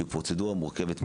שהיא פרוצדורה מורכבת מאוד,